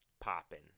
popping